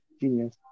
Genius